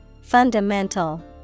Fundamental